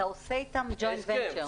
אתה עושה איתם join venture.